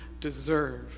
deserve